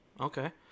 Okay